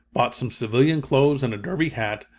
bought some civilian clothes and a derby hat,